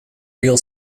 real